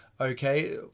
okay